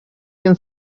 can